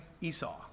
Esau